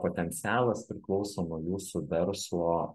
potencialas priklauso nuo jūsų verslo